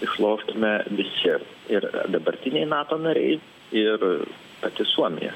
išloštume visi ir dabartiniai nato nariai ir pati suomija